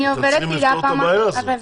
אני עוברת דירה בפעם הרביעית.